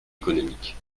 économique